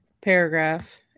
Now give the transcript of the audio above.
paragraph